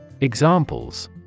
examples